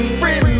free